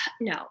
no